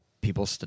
people